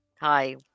Hi